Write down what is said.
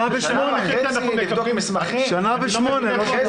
שנה וחצי אנחנו --- שנה וחצי לבדוק מסמכים?